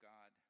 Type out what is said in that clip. God